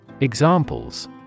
Examples